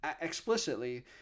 explicitly